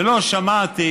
ולא שמעתי